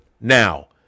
now